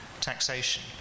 taxation